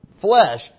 flesh